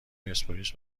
پرسپولیس